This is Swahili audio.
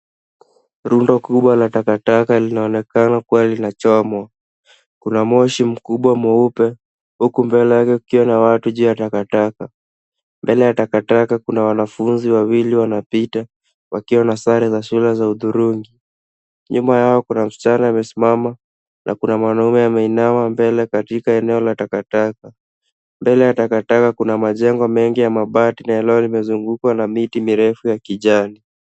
Rundo kuba la takataka linaonekana kuwa linachomwa. Kuna moshi mkubwa mweupe huku mbelel yake kukiw ana watu juu ya takataka. Mbele ya takataka kuna wanfunzi wawili wanapita wakiwa na sare za shule za hudhurungi. Nyuma yao kuna msichana amesimama na kuna mwanaume ameinama mbele ya eneo la takataka. Mbele ya takataka kuna majengo mengi ya mabati na eneo limezungukwa na miti mirefu ya kijani.